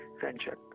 friendship